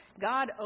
God